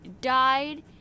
died